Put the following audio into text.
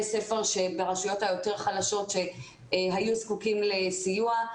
ספר ברשויות היותר חלשות שהיו זקוקות לסיוע.